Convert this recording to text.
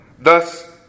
Thus